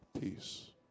Peace